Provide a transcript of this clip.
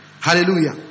Hallelujah